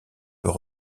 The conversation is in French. peut